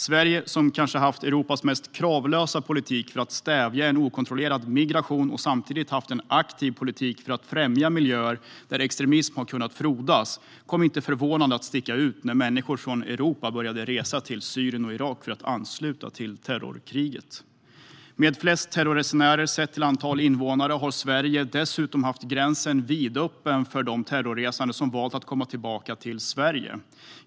Sverige som har haft Europas kanske mest kravlösa politik för att stävja en okontrollerad migration och samtidigt har haft en aktiv politik som främjat miljöer där extremism har kunnat frodas kom inte förvånande att sticka ut när människor från Europa började resa till Syrien och Irak för att ansluta till terrorkriget. Med flest terrorresenärer sett till antalet invånare har Sverige dessutom haft gränsen vidöppen för de terrorresande som valt att komma tillbaka till Sverige.